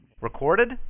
Recorded